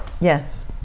Yes